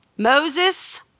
Moses